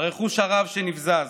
הרכוש הרב שנבזז.